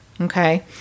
okay